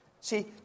See